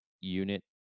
unit